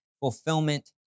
fulfillment